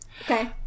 Okay